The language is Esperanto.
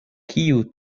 kiu